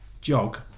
jog